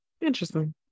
Interesting